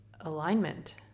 alignment